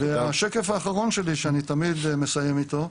והשקף האחרון שאני תמיד מסיים איתו,